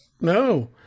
No